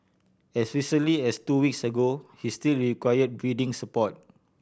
as recently as two weeks ago he still required breathing support